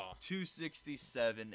267